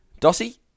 Dossie